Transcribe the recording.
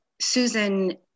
Susan